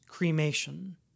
cremation